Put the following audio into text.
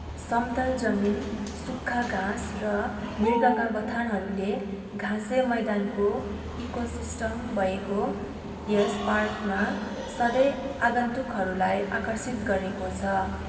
समतल जमिन सुक्खा घाँस र मृगका बथानहरूले घाँसे मैदानको इकोसिस्टम भएको यस पार्कमा सधैँ आगन्तुकहरूलाई आकर्षित गरेको छ